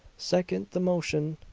second the motion!